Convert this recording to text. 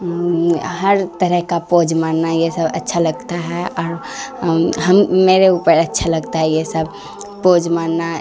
ہر طرح کا پوج مارنا یہ سب اچھا لگتا ہے اور ہم میرے اوپر اچھا لگتا ہے یہ سب پوز مارنا